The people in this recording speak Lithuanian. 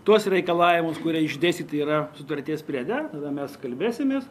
tuos reikalavimus kurie išdėstyti yra sutarties priede tada mes kalbėsimės